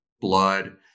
blood